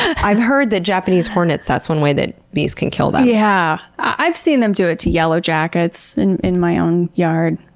i've heard that japanese hornets, that's one way that bees can kill them. yeah, i've seen them do it to yellow jackets in in my own yard.